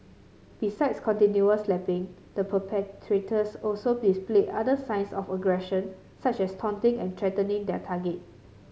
besides continual slapping the perpetrators also displayed other signs of aggression such as taunting and threatening their target